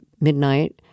midnight